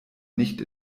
nicht